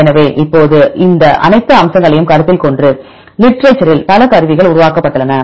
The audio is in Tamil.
எனவே இப்போது இந்த அனைத்து அம்சங்களையும் கருத்தில் கொண்டு லிட்டரேச்சரில் பல கருவிகள் உருவாக்கப்பட்டுள்ளன